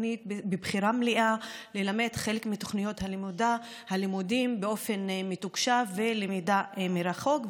מבחירה מלאה ללמד חלק מתוכניות הלימודים באופן מתוקשב ובלמידה מרחוק,